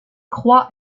croix